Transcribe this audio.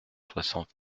soixante